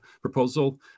proposal